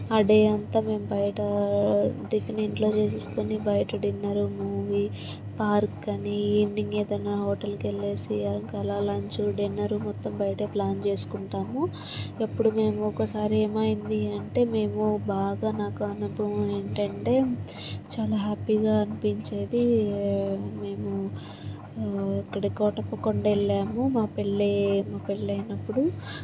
ఆ డే అంతా మేము బయట టిఫిన్ ఇంట్లో చేసుకుని బయట డిన్నర్ మూవీ పార్క్ అని ఈవినింగ్ ఏదైనా హోటల్కి వెళ్ళి ఇంకా అలా లంచ్ డిన్నర్ మొత్తం బయట ప్లాన్ చేసుకుంటాము ఎప్పుడు మేము ఒకసారి ఏమైంది అంటే మేము బాగా నాకు అనుభవం ఏంటంటే చాలా హ్యాపీగా అనిపించేది మేము అక్కడ కోటప్పకొండ వెళ్ళాము మా పెళ్ళి మా పెళ్ళి అయినప్పుడు